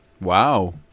Wow